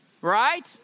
Right